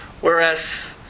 whereas